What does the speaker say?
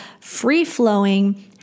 free-flowing